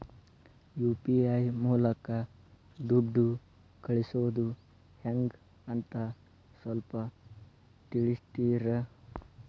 UPI ಮೂಲಕ ದುಡ್ಡು ಕಳಿಸೋದ ಹೆಂಗ್ ಅಂತ ಸ್ವಲ್ಪ ತಿಳಿಸ್ತೇರ?